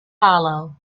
hollow